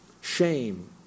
shame